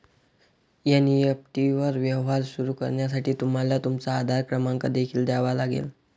NEFT वर व्यवहार सुरू करण्यासाठी तुम्हाला तुमचा आधार क्रमांक देखील द्यावा लागेल